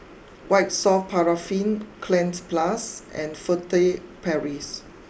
White soft Paraffin Cleanz Plus and Furtere Paris